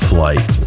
Flight